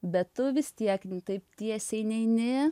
bet tu vis tiek ne taip tiesiai neini